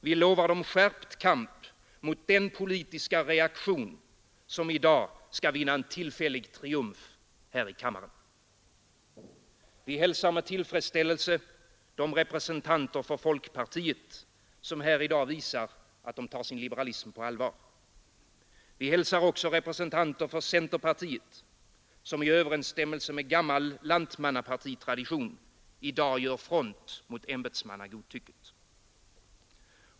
Vi lovar dem skärpt kamp mot den politiska reaktion som i dag skall vinna en tillfällig triumf här i kammaren. Vi hälsar med tillfredsställelse de representanter för folkpartiet som här i dag visar att de tar sin liberalism på allvar. Vi hälsar representanter för centerpartiet, som i överensstämmelse med gammal lantmannapartitradition i dag gör front mot ämbetsmannagodtycket.